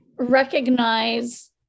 recognize